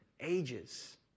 ages